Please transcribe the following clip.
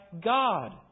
God